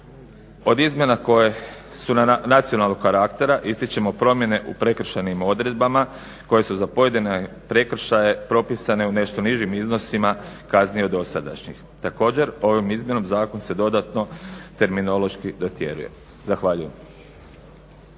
Od izmjena koje su nacionalnog karaktera ističemo promjene u prekršajnim odredbama koje su za pojedine prekršaje propisane u nešto nižim iznosima kazni od dosadašnjih. Također, ovom izmjenom zakon se dodatno terminološki dotjeruje. Zahvaljujem.